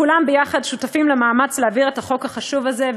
כולם יחד שותפים למאמץ להעביר את החוק החשוב הזה,